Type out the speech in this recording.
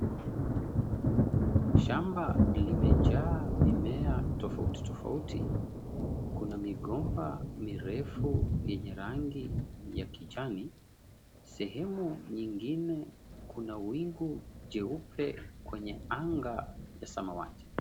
Shamba limejaa mimea tofauti tofauti. Kuna migomba mirefu yenye rangi ya kijani. Sehemu nyingine kuna wingu jeupe kwenye anga ya samawati.